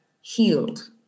healed